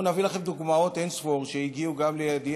אנחנו נביא לכם דוגמאות אין-ספור שהגיעו גם לידי,